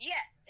Yes